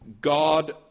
God